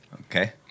Okay